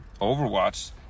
overwatch